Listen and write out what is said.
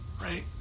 right